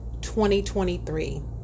2023